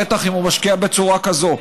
בטח אם הוא משקיע בצורה כזו.